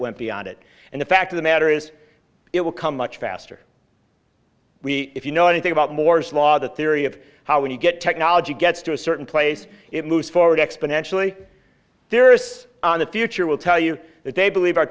went beyond it and the fact of the matter is it will come much faster we if you know anything about moore's law the theory of how when you get technology gets to a certain place it moves forward exponentially there is in the future will tell you that they believe our